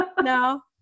No